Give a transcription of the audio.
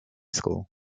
school